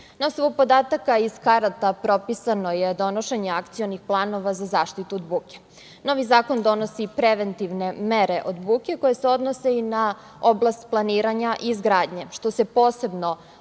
Na osnovu podataka iz karata, propisano je donošenje akcionih planova za zaštitu od buke. Novi zakon donosi preventivne mere od buke, koje se odnose i na oblast planiranja i izgradnje, što se posebno odnosi